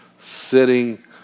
sitting